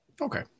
Okay